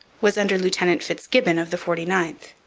was under lieutenant fitzgibbon of the forty ninth,